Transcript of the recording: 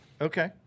Okay